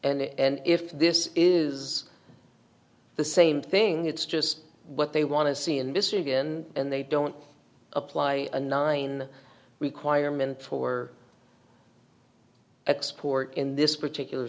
and if this is the same thing it's just what they want to see in michigan and they don't apply a nine require mentor at sport in this particular